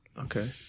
Okay